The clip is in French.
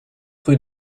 rue